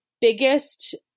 biggest